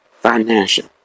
Financial